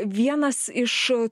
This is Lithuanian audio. vienas iš